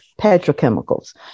petrochemicals